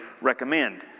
recommend